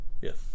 Yes